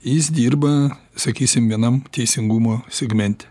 jis dirba sakysim vienam teisingumo segmente